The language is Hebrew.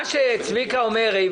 צביקה כהן אומר,